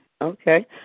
okay